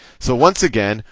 so once again,